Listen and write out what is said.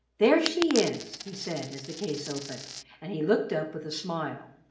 there she is, he said, as the case opened and he looked up with a smile.